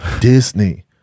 Disney